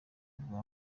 bwa